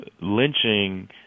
lynching